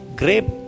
grape